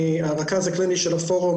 אני הרכז הקליני של הפורום